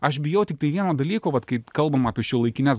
aš bijau tiktai vieno dalyko vat kai kalbam apie šiuolaikines